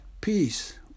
peace